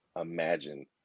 imagine